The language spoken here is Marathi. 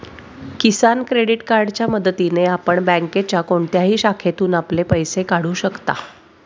किसान क्रेडिट कार्डच्या मदतीने आपण बँकेच्या कोणत्याही शाखेतून आपले पैसे काढू शकता